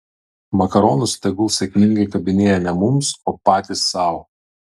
makaronus tegul sėkmingai kabinėja ne mums o patys sau